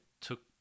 took